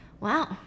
Wow